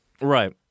Right